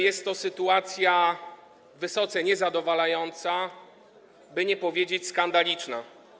Jest to sytuacja wysoce niezadowalająca, by nie powiedzieć: skandaliczna.